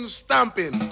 stamping